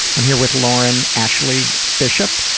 i'm here with lauren ashley bishop,